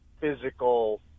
physical